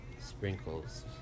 sprinkles